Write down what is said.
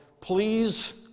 please